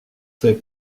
fait